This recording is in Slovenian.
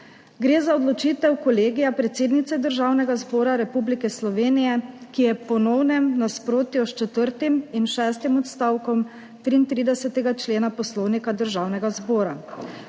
Gre za odločitev Kolegija predsednice Državnega zbora Republike Slovenije, ki je v ponovnem nasprotju s četrtim in šestim odstavkom 33. člena Poslovnika Državnega zbora.